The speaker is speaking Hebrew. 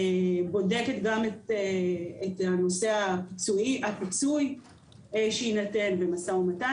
בודקת גם את נושא הפיצוי שיינתן במשא ומתן,